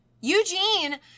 Eugene